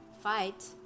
Fight